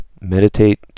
meditate